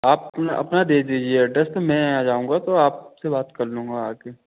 आप पना अपना दे दीजिए एड्रेस तो मैं आ जाऊँगा तो आपसे बात कर लूँगा आकर